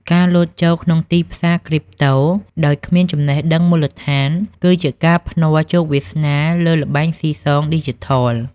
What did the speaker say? ការលោតចូលក្នុងទីផ្សារគ្រីបតូ ដោយគ្មានចំណេះដឹងមូលដ្ឋាន គឺជាការភ្នាល់ជោគវាសនាលើល្បែងស៊ីសងឌីជីថល។